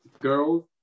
girls